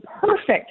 perfect